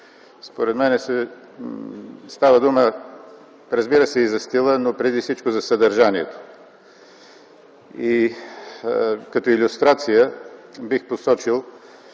Според мен, става дума, разбира се, и за стила, но преди всичко за съдържанието. Като илюстрация бих посочил